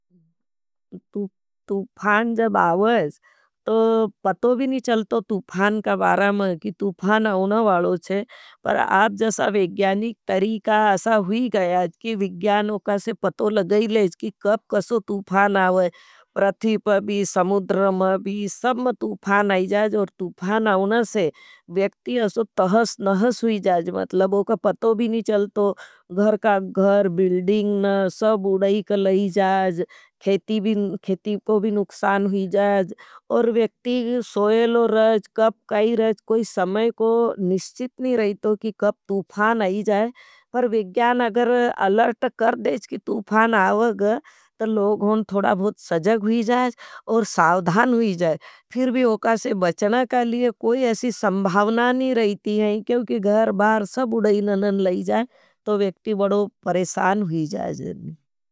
तूफान जब आओज, तो पतो भी नहीं चलतो तूफान का बारा में कि तूफान आउना वालो छे। पर आप ज़ासा विज्ञानिक तरीका असा हुई गयाज कि विज्ञानों का से पतो लगई लेज कि कप कसों तूफान आओज। प्रतिप भी, समुद्रम मा भी, सब में तूफान आउना और तूफ़ान आईना से व्यक्ति ऐसो तहस नहस हुई जहेज़। मतलब ओखा पाटो भी नी चलतो घर का घर बिल्डिंग ना सब उड़ायी का लाई जाये। खेती भी खेती को भी नुकसान हुई जायेज। और व्यक्ति सियेलो राज। कब कई राज कोई समय को निश्चित नई राहतो। की कब तूफ़ान आयी जाये। पर विज्ञान अगर अलर्ट कर डेज की की तूफ़ान आवाग। तो लोघों थोड़ा बहुत सजक हुई जाये। और सावधान ही जायें फिर भी ओकासे बचना कालिये कोई ऐसी संभावना नहीं रहती हैं। क्योंकि घर, बार सब उडई, ननन लाही जायें तो वेक्ति बड़ो परेसान हुई जायें।